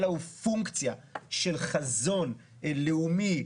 אלא הוא פונקציה של חזון לאומי,